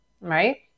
right